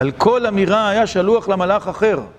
על כל אמירה היה שלוח לה מלאך אחר.